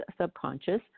subconscious